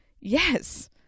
Yes